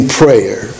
prayer